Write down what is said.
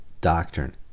doctrine